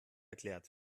erklärt